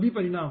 सभी परिणाम